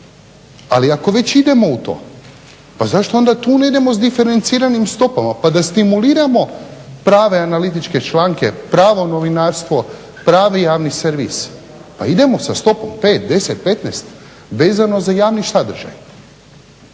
Ali ako već idemo u to pa zašto onda tu ne idemo s diferenciranim stopama pa da stimuliramo pravo analitičke članke, pravo novinarstvo, pravi javni servis. Pa idemo sa stopom 5, 10, 15 vezano za javni sadržaj.